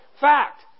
Fact